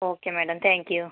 okay madam thank you